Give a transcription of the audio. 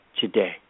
today